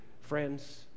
friends